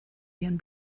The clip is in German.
ihren